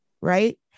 Right